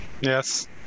yes